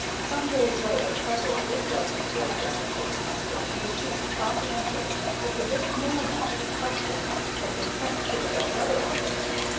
some days later peveril did write to the red jacket postmaster, and received prompt answer that the bit of mail-matter in question had been sent to the dead-letter office.